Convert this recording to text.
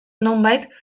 nonbait